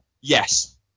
Yes